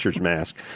mask